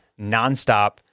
nonstop